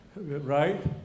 Right